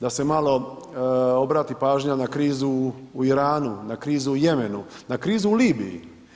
Da se malo obrati pažnja na krizu u Iranu, na krizu u Jemenu, na krizu u Libiji.